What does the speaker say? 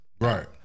Right